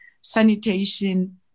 sanitation